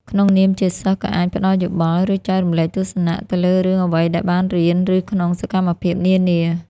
ក្នុងនាមជាសិស្សក៏អាចផ្ដល់យោបល់ ឬចែករំលែកទស្សនៈ ទៅលើរឿងអ្វីដែលបានរៀន ឬក្នុងសកម្មភាពនានា។